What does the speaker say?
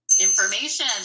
information